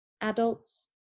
Adults